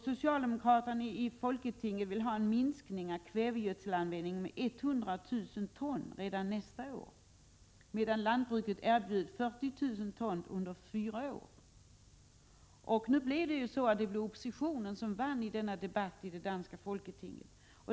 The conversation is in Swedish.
Socialdemokraterna i Folketinget ville ha en minskning av kvävegödselanvändningen med 100 000 ton redan nästa år, medan lantbruket erbjöd 40 000 ton per år, under fyra år. Oppositionen vann denna debatt i det danska Folketinget.